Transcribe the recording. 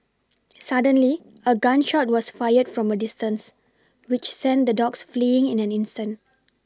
suddenly a gun shot was fired from a distance which sent the dogs fleeing in an instant